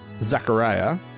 zachariah